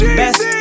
best